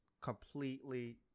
completely